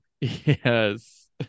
Yes